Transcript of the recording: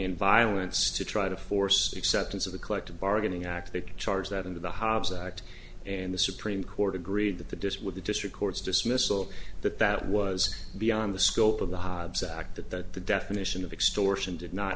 in violence to try to force acceptance of the collective bargaining act they could charge that into the hobbs act and the supreme court agreed that the dish with the district court's dismissal that that was beyond the scope of the hobbs act that the definition of extortion did not